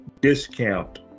discount